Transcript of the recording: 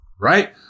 right